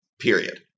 period